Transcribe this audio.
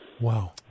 Wow